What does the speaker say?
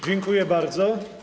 Dziękuję bardzo.